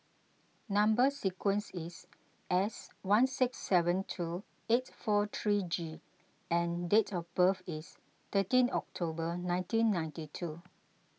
Number Sequence is S one six seven two eight four three G and date of birth is thirteen October nineteen ninety two